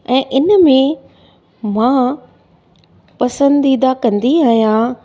ऐं इन में मां पसंदीदा कंदी आहियां